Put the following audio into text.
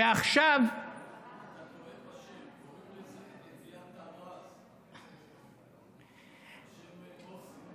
קוראים לזה אביתרז על שם מוסי.